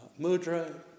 Mudra